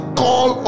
call